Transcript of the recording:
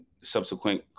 subsequent